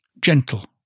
Gentle